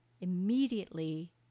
immediately